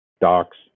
docs